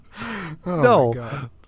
No